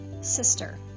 sister